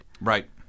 Right